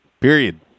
Period